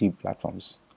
platforms